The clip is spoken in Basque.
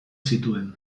zituen